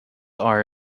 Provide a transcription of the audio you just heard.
are